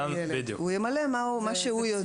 הוא ימלא מה שהוא יודע.